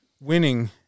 winning